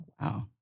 Wow